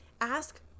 ask